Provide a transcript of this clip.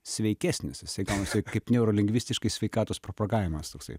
sveikesnis jisai gaunasi taip kaip neurolingvistikai sveikatos propagavimas toksai